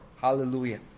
Hallelujah